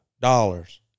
Dollars